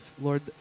Lord